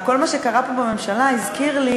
כל מה שקרה כאן בממשלה הזכיר לי